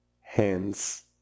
hands